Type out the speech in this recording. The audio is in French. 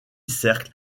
cercle